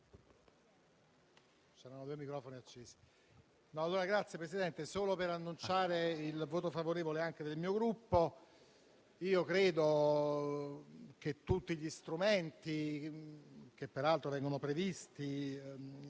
intervengo solo per annunciare il voto favorevole del mio Gruppo. Io credo che tutti gli strumenti che peraltro vengono previsti in